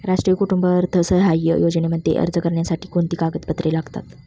राष्ट्रीय कुटुंब अर्थसहाय्य योजनेमध्ये अर्ज करण्यासाठी कोणती कागदपत्रे लागतात?